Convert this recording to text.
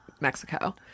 Mexico